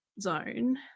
zone